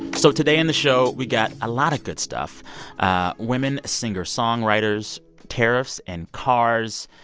so today on the show, we got a lot of good stuff ah women, singer-songwriters, tariffs and cars.